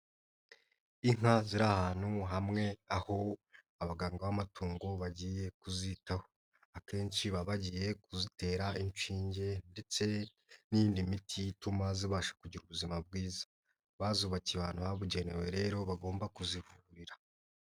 Inka ziri ahantu hamwe aho abaganga b'amatungo bagiye kuzitaho, akenshi baba bagiye kuzitera inshinge ndetse n'iyindi miti ituma zibasha kugira ubuzima bwiza, bazubatse abantu babugenewe rero bagomba kuzivurira.